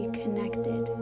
connected